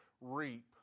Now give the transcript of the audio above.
reap